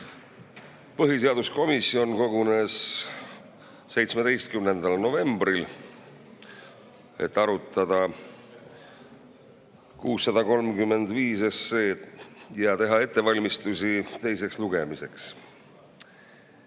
Põhiseaduskomisjon kogunes 17. novembril, et arutada eelnõu 635 ja teha ettevalmistusi selle teiseks lugemiseks.